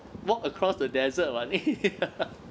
walk across the desert [what]